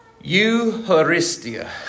Eucharistia